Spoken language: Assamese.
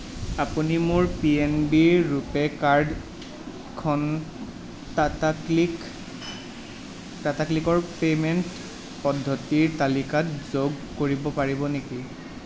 আপুনি মোৰ পি এন বি ৰ ৰুপে কাৰ্ডখন টাটাক্লিক টাটাক্লিকৰ পে'মেণ্ট পদ্ধতিৰ তালিকাত যোগ কৰিব পাৰিব নেকি